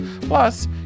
Plus